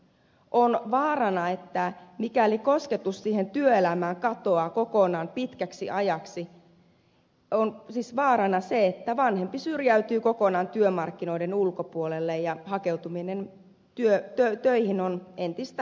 on vaarana mikäli kosketus siihen työelämään katoaa kokonaan pitkäksi ajaksi että vanhempi syrjäytyy kokonaan työmarkkinoiden ulkopuolelle ja hakeutuminen töihin on entistä vaikeampaa